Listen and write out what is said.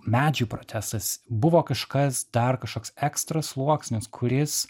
medžių protestas buvo kažkas dar kažkoks ekstra sluoksnis kuris